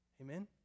Amen